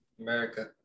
America